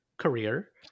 career